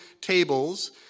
tables